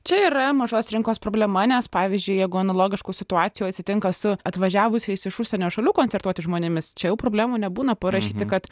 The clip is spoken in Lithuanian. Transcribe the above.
čia yra mažos rinkos problema nes pavyzdžiui jeigu analogiškų situacijų atsitinka su atvažiavusiais iš užsienio šalių koncertuoti žmonėmis čia jau problemų nebūna parašyti kad